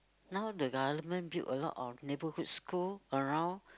now the government build a lot of neighborhood school around